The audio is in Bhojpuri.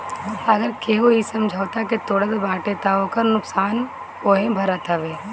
अगर केहू इ समझौता के तोड़त बाटे तअ ओकर नुकसान उहे भरत हवे